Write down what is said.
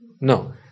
No